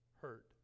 hurt